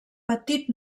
petit